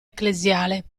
ecclesiale